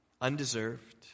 Undeserved